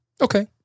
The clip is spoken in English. Okay